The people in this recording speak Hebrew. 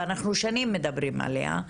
ואנחנו שנים מדברים עליו,